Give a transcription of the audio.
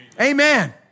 Amen